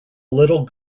little